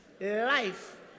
life